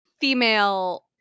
female